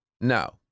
no